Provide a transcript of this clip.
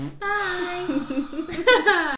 Bye